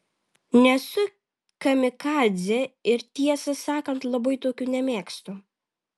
nesu kamikadzė ir tiesą sakant labai tokių nemėgstu